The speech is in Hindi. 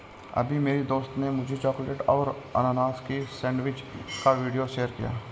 अभी मेरी दोस्त ने मुझे चॉकलेट और अनानास की सेंडविच का वीडियो शेयर किया है